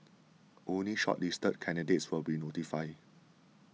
only shortlisted candidates will be notified